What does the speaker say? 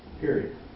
period